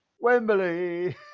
Wembley